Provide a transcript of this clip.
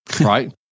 right